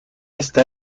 está